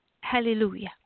Hallelujah